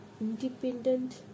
independent